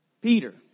Peter